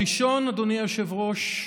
הראשון, אדוני היושב-ראש,